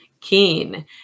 Keen